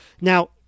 Now